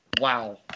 Wow